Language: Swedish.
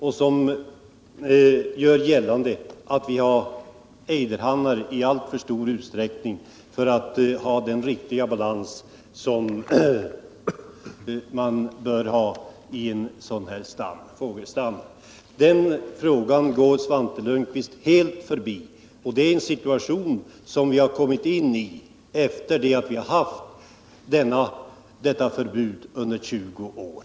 De gör gällande att det finns ejderhannar i alltför stor utsträckning för att man skall få en riktig balans i denna fågelstam. Den frågan går Svante Lundkvist helt förbi. Detta är en situation som vi har kommit till efter att ha haft detta förbud för vårjakt under 20 år.